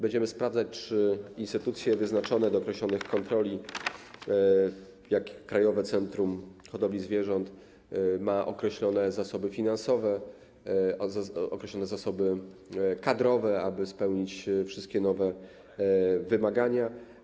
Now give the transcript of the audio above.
Będziemy sprawdzać, czy instytucje wyznaczone do określonych kontroli jak Krajowe Centrum Hodowli Zwierząt, mają określone zasoby finansowe i określone zasoby kadrowe, aby spełnić wszystkie nowe wymagania.